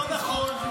אבל זה לא נכון.